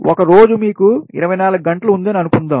ఒక రోజు మీకు 24 గంటలు ఉందని అనుకుందాం